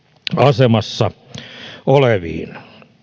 asemassa oleviin